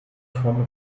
vom